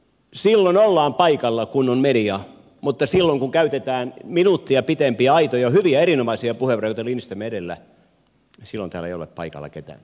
silloin ollaan paikalla kun on media mutta silloin kun käytetään minuuttia pitempiä aitoja hyviä erinomaisia puheenvuoroja kuten lindström edellä täällä ei ole paikalla ketään